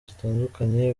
zitandukanye